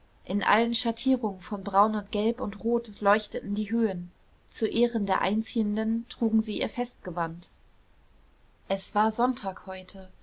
in allen schattierungen von braun und gelb und rot leuchteten die höhen zu ehren der einziehenden trugen sie ihr festgewand es war sonntag heute